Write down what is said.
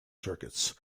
circuits